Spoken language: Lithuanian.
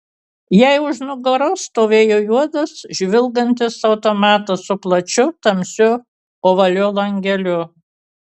jai už nugaros stovėjo juodas žvilgantis automatas su plačiu tamsiu ovaliu langeliu